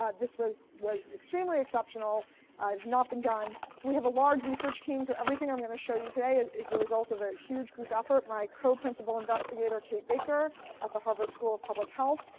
ah this was was extremely exceptional, had not been done. so we have a large research team. so everything i'm going to show you today is is the result of a huge group effort, my co-principle investigator kate baker at the harvard school of public health,